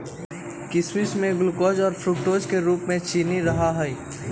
किशमिश में ग्लूकोज और फ्रुक्टोज के रूप में चीनी रहा हई